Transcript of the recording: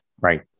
Right